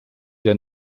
der